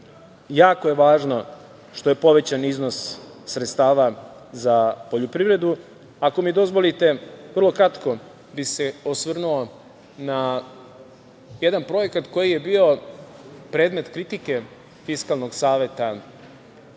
jako je važno što je povećan iznos sredstava za poljoprivredu. Ako mi dozvolite vrlo kratko bih se osvrnuo na jedan projekat koji je bio predmet kritike Fiskalnog saveta,